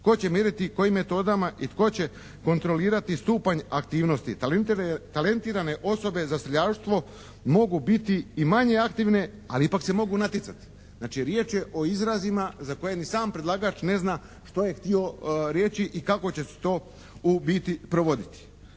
Tko će mjeriti kojim metodama i tko će kontrolirati stupanj aktivnosti? Talentirane osobe za streljaštvo mogu biti i manje aktivne ali ipak se mogu natjecati. Znači riječ je o izrazima za koje ni sam predlagač ne zna što je htio reći i kako će se to u biti provoditi?